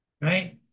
right